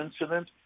incident